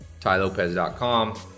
tylopez.com